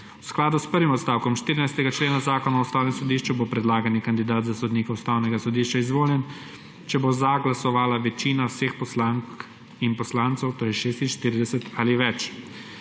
V skladu s prvim odstavkom 14. člena Zakona o Ustavnem sodišču bo predlagani kandidat za sodnika Ustavnega sodišča izvoljen, če bo za glasovala večina vseh poslank in poslancev, to je 46 ali več.